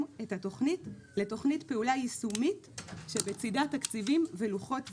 את התוכנית לתוכנית פעולה יישומית כשבצדה תקציבים ולוחות זמנים,